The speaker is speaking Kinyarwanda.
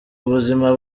buzima